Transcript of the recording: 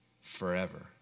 forever